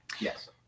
Yes